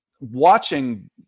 watching –